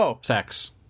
sex